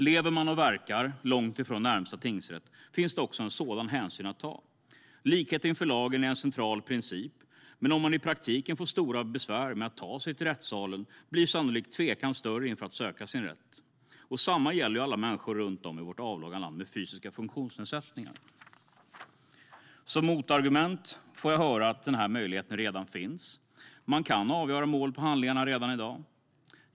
Lever och verkar man långt från närmaste tingsrätt finns det också en sådan hänsyn att ta. Likhet inför lagen är en central princip, men om man i praktiken får stora besvär med att ta sig till rättssalen blir tvekan sannolikt större inför att söka sin rätt. Detsamma gäller alla människor runt om i vårt avlånga land som har fysiska funktionsnedsättningar. Som motargument får jag höra att den här möjligheten redan finns, att man kan avgöra mål på handlingarna redan i dag.